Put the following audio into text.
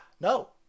No